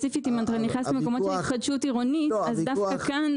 ספציפית אם אתה נכנס למקומות של התחדשות עירונית אז העיר